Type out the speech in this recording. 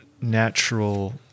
natural